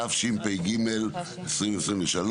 התשפ"ג-2023